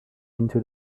into